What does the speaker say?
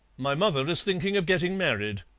my mother is thinking of getting married.